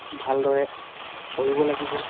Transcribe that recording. ভালদৰে কৰিব লাগিব